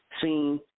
seen